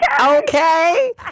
Okay